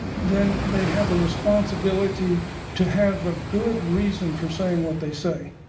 then they have a responsibility to have a good reason for saying what they say.